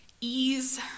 Ease